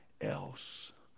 else